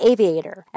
Aviator